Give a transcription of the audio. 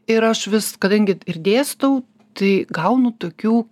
ir aš vis kadangi ir dėstau tai gaunu tokių